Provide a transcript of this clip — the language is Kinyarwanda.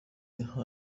high